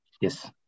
Yes